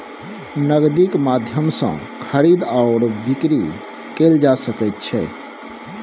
नगदीक माध्यम सँ खरीद आओर बिकरी कैल जा सकैत छै